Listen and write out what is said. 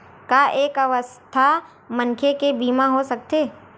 का एक अस्वस्थ मनखे के बीमा हो सकथे?